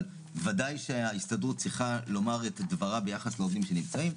אבל ודאי שההסתדרות צריכה לומר את דברה ביחס לעובדים שנמצאים.